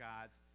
God's